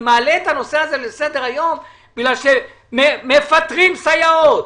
אני מעלה את הנושא הזה לסדר היום כי מפטרים סייעות.